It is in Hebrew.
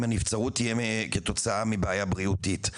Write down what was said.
הנבצרות תהיה כתוצאה מבעיה בריאותית?